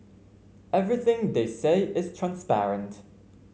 everything they say is transparent